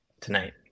tonight